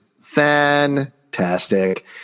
fantastic